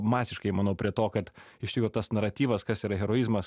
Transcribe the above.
masiškai manau prie to kad iš tikro tas naratyvas kas yra heroizmas